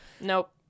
Nope